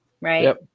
Right